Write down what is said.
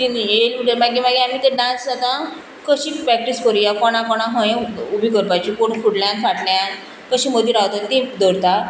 तीं येयलीं म्हणटोरी मागीर आमी तें डांस आतां कशी प्रॅक्टीस करूंया कोणा कोणा खंय उबी करपाचीं कोण फुडल्यान फाटल्यान कशीं मदीं रावता तीं धरता